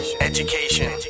education